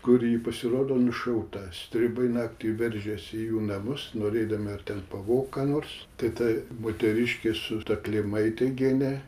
kur ji pasirodo nušauta stribai naktį veržėsi į jų namus norėdami ar ten pavokt ką nors tai ta moteriškė su ta klimaite gene